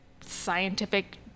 scientific